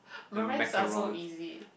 meringues are so easy